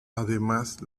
además